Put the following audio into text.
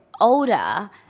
older